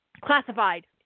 classified